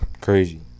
Crazy